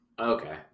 Okay